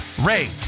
rate